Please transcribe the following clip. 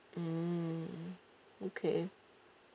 mm okay